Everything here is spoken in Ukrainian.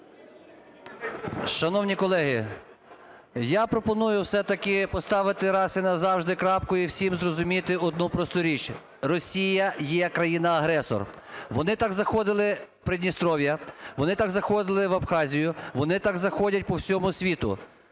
Шановні колеги, я пропоную все-таки поставити раз і назавжди крапку, і всім зрозуміти одну просту річ: Росія є країна-агресор! Вони так заходили в Придністров'я, вони так заходили в Абхазію, вони так заходять по всьому світу.